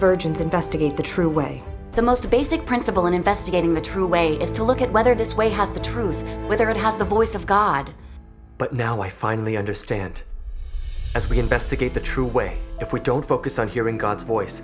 virgins investigate the true way the most basic principle in investigating the true way is to look at whether this way has the truth whether it has the voice of god but now i finally understand as we investigate the true way if we don't focus on hearing god's voice